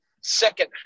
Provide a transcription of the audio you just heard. second